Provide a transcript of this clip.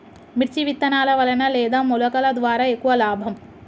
మిర్చి విత్తనాల వలన లేదా మొలకల ద్వారా ఎక్కువ లాభం?